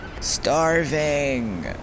Starving